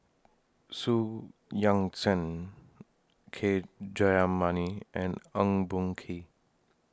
Xu Yuan Zhen K Jayamani and Eng Boh Kee